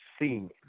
seen